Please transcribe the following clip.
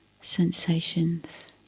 sensations